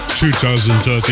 2013